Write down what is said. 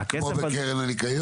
ומה נעשה עם הכסף?